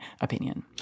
opinion